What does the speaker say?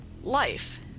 Life